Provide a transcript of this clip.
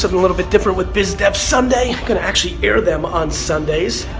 a little bit different with bizdevsunday. gonna actually air them on sundays.